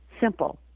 simple